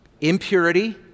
impurity